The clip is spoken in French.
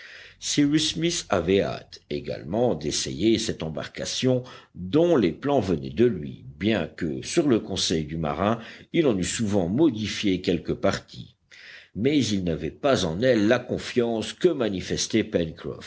smith avait hâte également d'essayer cette embarcation dont les plans venaient de lui bien que sur le conseil du marin il en eût souvent modifié quelques parties mais il n'avait pas en elle la confiance que manifestait